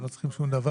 הם לא צריכים שום דבר,